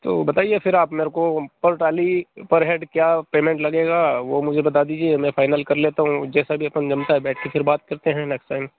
तो बताइए फिर आप मेरे को पर ट्रॉली पर हेड क्या पेमेंट लगेगा वो मुझे बता दीजिए मैं फाइनल कर लेता हूँ जैसा भी अपन जमता है बैठकर फिर बात करते हैं नेक्स्ट टाइम